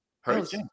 Hurts